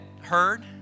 heard